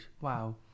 wow